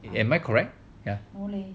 am I correct ya